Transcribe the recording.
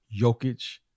Jokic